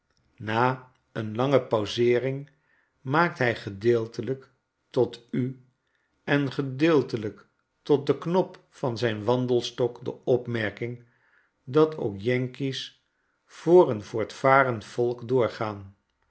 na een lange pauseering maakt hij gedeeltelijk tot u en gedeeltelijk tot den knop van zijn wandelstok de opmerking dat ook yankees voor een voortvarend volk doorgaan